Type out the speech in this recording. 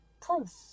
proof